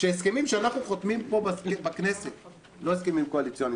שהסכמים שאנחנו חותמים פה בכנסת לא הסכמים קואליציוניים